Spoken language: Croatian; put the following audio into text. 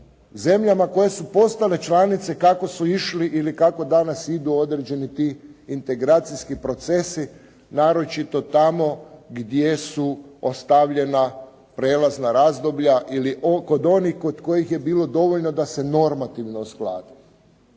zemljama koje su postale članice kako su išli ili kako danas idu određeni ti integracijski procesi, naročito tamo gdje su ostavljana prijelazna razdoblja ili kod onih kod kojih je bilo dovoljno da se normativno usklade,